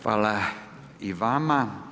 Hvala i vama.